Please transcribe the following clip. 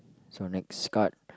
so next card